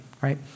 right